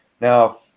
Now